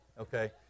Okay